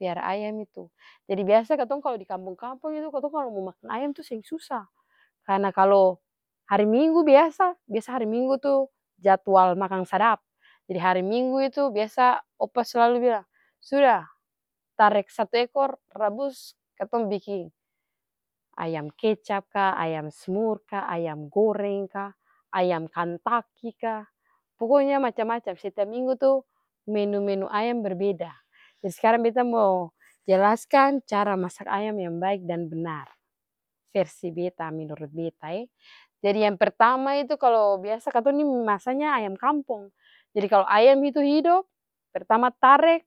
piara ayam itu, jadi biasa katong kalu dikampong-kampong itu katong kalu mo makang ayam itu seng susa karna kalo hari minggu biasa, biasa hari minggu tuh jadwal makang sadap, jadi hari minggu itu biasa opa slalu bilang, suda tarek satu ekor rabus katong biking ayam kecap ka, ayam smur ka, ayam goreng ka, ayam kantaki ka, pokonya macam-macam setiap setiap minggu tuh menu-menu ayam berbeda. Jadi skarang beta mo jelaskan cara masak ayam yang baik dan benar versi beta menurut betae. Jadi yang pertama itu biasa katong masanya ayam kampong, jadi kalu ayam itu hidop pertama tarek.